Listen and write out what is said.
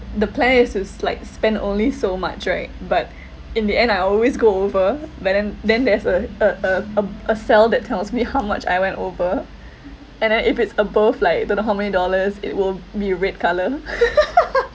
the plan is tos like spend only so much right but in the end I always go over but then then there's a a a um a cell that tells me how much I went over and then if it's above like don't know how many dollars it will be a red colour